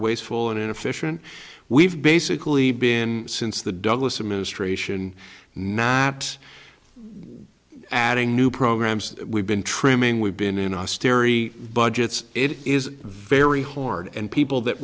wasteful and inefficient we've basically been since the douglas administration not adding new programs we've been trimming we've been in austerity budgets it is very hard and people that